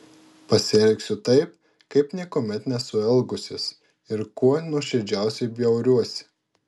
pasielgsiu taip kaip niekuomet nesu elgusis ir kuo nuoširdžiausiai bjauriuosi